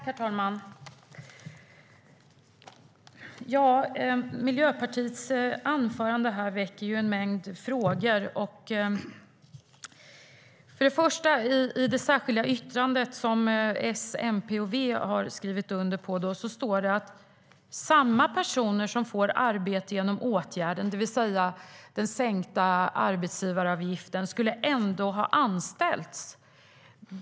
Herr talman! Miljöpartiets anförande här väcker en mängd frågor. Först och främst står det i det särskilda yttrande som S, MP och V har skrivit under att samma personer som får arbete genom åtgärden, det vill säga den sänkta arbetsgivaravgiften, ändå skulle ha anställts.